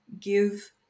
give